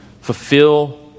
fulfill